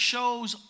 Shows